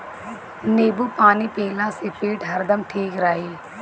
नेबू पानी पियला से पेट हरदम ठीक रही